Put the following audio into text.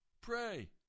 Pray